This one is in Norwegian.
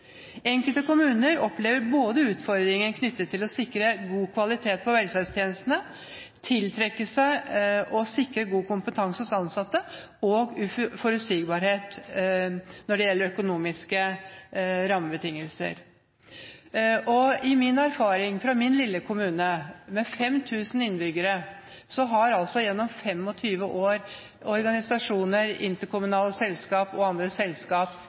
Enkelte kommuner opplever både utfordringer knyttet til å sikre god kvalitet på velferdstjenestene, å tiltrekke seg og sikre god kompetanse hos ansatte, og uforutsigbarhet når det gjelder økonomiske rammebetingelser. I min erfaring, fra min lille kommune med 5 000 innbyggere, har gjennom 25 år organisasjoner, interkommunale selskap og andre selskap